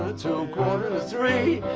and so quarter to three,